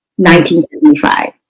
1975